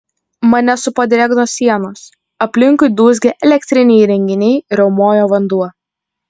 mane supo drėgnos sienos aplinkui dūzgė elektriniai įrenginiai riaumojo vanduo